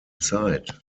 zeit